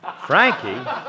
Frankie